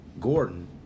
Gordon